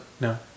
No